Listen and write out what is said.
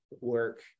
work